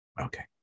Okay